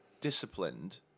disciplined